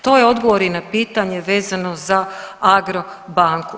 To je odgovor i na pitanje vezano za Agro banku.